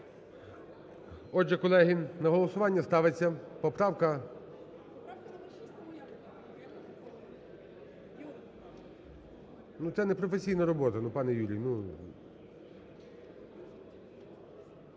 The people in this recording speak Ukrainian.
Отже, колеги, на голосування ставиться поправка… Ну, це непрофесійна робота, пане Юрій.